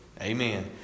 Amen